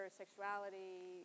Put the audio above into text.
sexuality